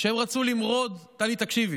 שרצו למרוד, טלי, תקשיבי.